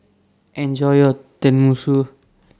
Enjoy your Tenmusu